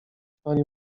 pani